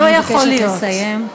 אני מבקשת לסיים.